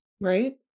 right